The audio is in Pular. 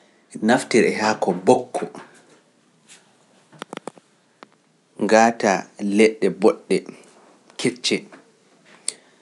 Naftir e haako bookko, ngaata leɗɗe booɗɗe, kecce